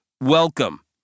Welcome